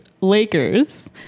Lakers